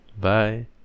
Bye